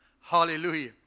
hallelujah